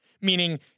Meaning